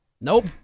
Nope